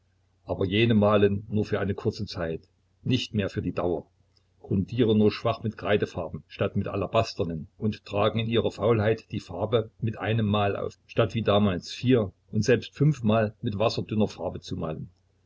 aber jene malen nur für eine kurze zeit nicht mehr für die dauer grundieren nur schwach mit kreidefarben statt mit alabasternen und tragen in ihrer faulheit die farbe mit einemmal auf statt wie damals vier und selbst fünfmal mit wasserdünner farbe zu malen